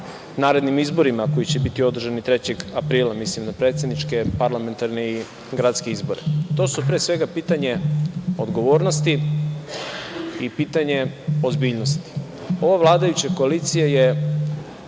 narednim izborima koji će biti održani 3. aprila. Mislim na predsedničke, parlamentarne i gradske izbore. To su, pre svega, pitanje odgovornosti i pitanje ozbiljnosti. Ova vladajuća koalicija je